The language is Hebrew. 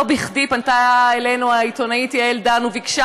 לא בכדי פנתה אלינו העיתונאית יעל דן וביקשה